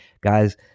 Guys